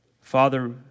Father